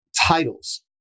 titles